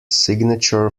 signature